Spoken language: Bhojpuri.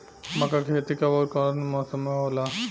मका के खेती कब ओर कवना मौसम में होला?